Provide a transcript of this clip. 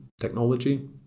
technology